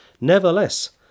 Nevertheless